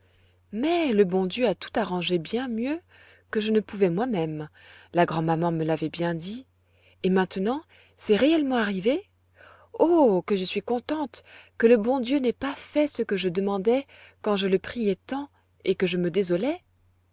mais le bon dieu a tout arrangé bien mieux que je ne pouvais moi-même la grand'maman me l'avait bien dit et maintenant c'est réellement arrivé oh que je suis contente que le bon dieu n'ait pas fait ce que je demandais quand je le priais tant et que je me désolais